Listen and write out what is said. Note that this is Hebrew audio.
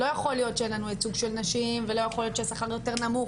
לא יכול להיות שאין לנו ייצוג של נשים ולא יכול להיות שהשכר יותר נמוך.